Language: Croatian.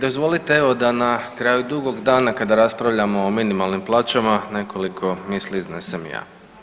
Dozvolite evo da na kraju dugog dana kada raspravljamo o minimalnim plaćama nekoliko misli iznesem i ja.